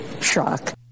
shock